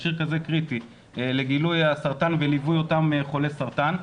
מכשיר כזה קריטי לגילוי הסרטן ומיפוי אותם חולי סרטן,